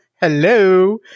hello